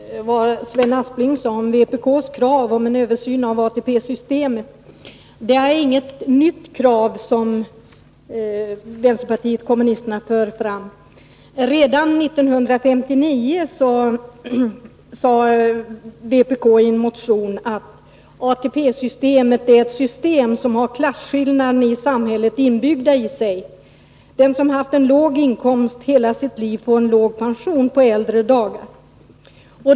Herr talman! Bara några ord med anledning av vad Sven Aspling sade om vpk:s krav på en översyn av ATP-systemet. Det är inget nytt krav som vpk för fram. Redan 1959 sade vi i en motion att ATP-systemet har klasskillnaderna i samhället inbyggda i sig. Den som har haft en låg inkomst hela sitt liv får en låg pension på äldre dar.